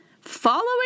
following